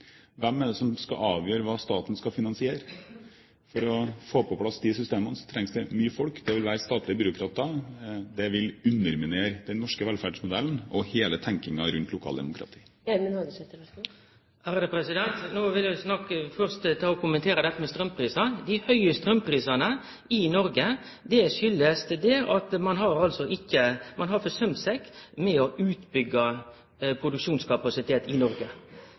er det som skal avgjøre hva staten skal finansiere? For å få på plass disse systemene trengs det mye folk. Det vil være statlige byråkrater. Det vil underminere den norske velferdsmodellen og hele tenkningen rundt lokaldemokratiet. No vil eg først kommentere straumprisane. Dei høge straumprisane i Noreg kjem av at ein har forsømt seg med å byggje ut produksjonskapasitet i Noreg. Det er det som er årsaka. Eg meiner at dei som har styrt dette landet, har